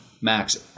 Max